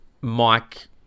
Mike